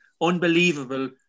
unbelievable